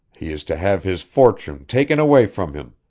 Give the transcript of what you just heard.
he is to have his fortune taken away from him,